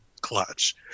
clutch